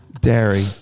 Dairy